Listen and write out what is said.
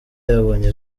yabonye